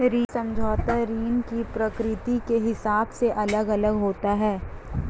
ऋण समझौता ऋण की प्रकृति के हिसाब से अलग अलग होता है